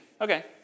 okay